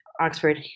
Oxford